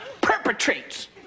perpetrates